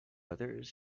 others